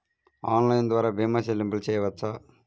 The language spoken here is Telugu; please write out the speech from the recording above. ఆన్లైన్ ద్వార భీమా చెల్లింపులు చేయవచ్చా?